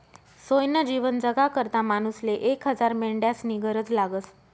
सोयनं जीवन जगाकरता मानूसले एक हजार मेंढ्यास्नी गरज लागस